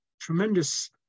tremendous